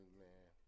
man